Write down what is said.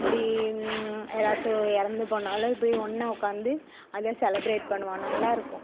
இப்படிங் யாராட்டு இறந்து போனாலோ இப்படி ஒன்றா உட்காந்து அதை செலப்ரேட் பண்ணுவோம் நல்லா இருக்கும்